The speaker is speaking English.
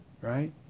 right